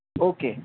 okay